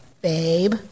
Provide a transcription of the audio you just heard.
babe